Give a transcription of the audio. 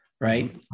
right